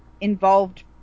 involved